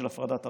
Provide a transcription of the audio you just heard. הפרדת הרשויות.